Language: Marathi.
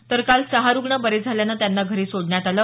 तर काल सहा रुग्ण बरे झाल्यानं त्यांना घरी सोडण्यात आलं